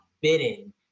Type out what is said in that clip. bidding